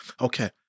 Okay